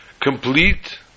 Complete